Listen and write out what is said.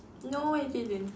no I didn't